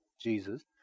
Jesus